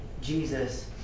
Jesus